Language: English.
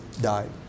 died